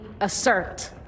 assert